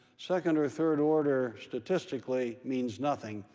second or third order statistically means nothing.